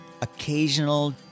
Occasional